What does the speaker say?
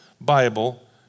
Bible